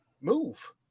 move